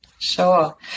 Sure